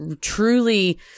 truly